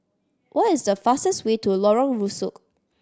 what is the fastest way to Lorong Rusuk